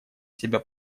себя